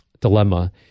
dilemma